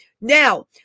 Now